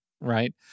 Right